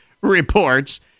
reports